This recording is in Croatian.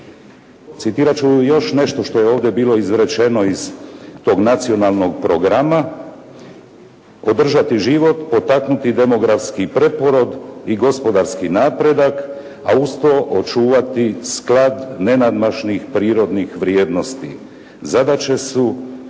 Citirati ću još nešto što je ovdje bilo izrečeno iz tog nacionalnog programa: "održati život, potaknuti demografski preporod i gospodarski napredak, a uz to očuvati sklad nenadmašnih prirodnih vrijednosti zadaće su